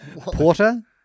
Porter